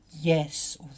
yes